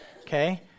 okay